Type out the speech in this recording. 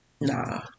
Nah